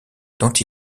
dont